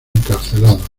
encarcelados